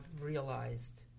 realized